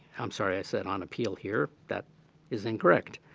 i'm sorry, i said on appeal here, that is incorrect.